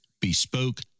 bespoke